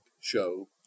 show